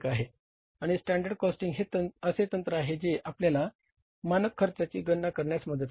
आणि standard costing हे असे तंत्र आहे जे आपल्याला मानक खर्चाची गणना करण्यास मदत करते